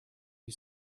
you